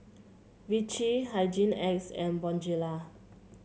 Vichy Hygin X and Bonjela